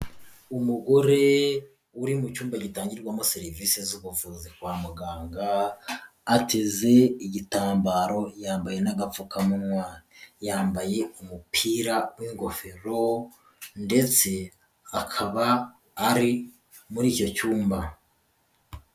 Umugore uri mu cyumba gitangirwamo serivisi z'ubuvuzi kwa muganga, ateze igitambaro, yambaye n'agapfukamunwa, yambaye umupira w'ingofero ndetse akaba ari muri icyo cyumba.